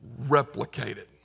replicated